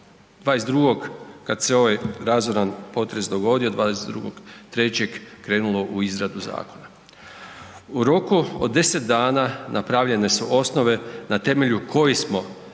22. kad se ovaj razoran potres dogodio 22.3., krenulo u izradu zakona. U roku od 10 dana napravljene su osnove na temelju kojih smo sa